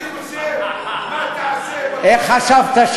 איך חשבת,